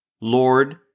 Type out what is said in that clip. Lord